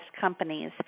Companies